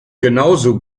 genauso